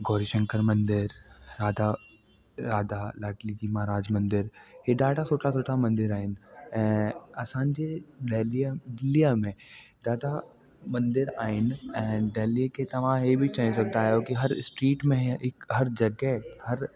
गौरी शंकर मंदरु राधा राधा लाडली की महाराज मंदरु हे ॾाढा सुठा सुठा मंदर आहिनि ऐं असांजे डेलीह दिल्लीअ में ॾाढा मंदर आहिनि ऐं डेल्ही खे तव्हां ही बि चई सघंदा आहियो कि हर स्ट्रीट में हिकु हर जॻहि हर